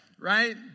Right